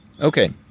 Okay